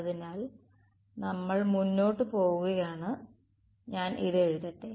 അതിനാൽ നമ്മൾ മുന്നോട്ട് പോകുകയാണ് ഞാൻ ഇത് എഴുതട്ടെ